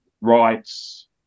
rights